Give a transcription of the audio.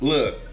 Look